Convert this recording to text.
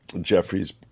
Jeffrey's